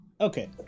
Okay